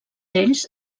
ells